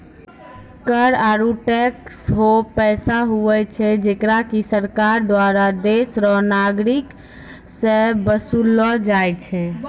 कर आरू टैक्स हौ पैसा हुवै छै जेकरा की सरकार दुआरा देस रो नागरिक सं बसूल लो जाय छै